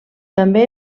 també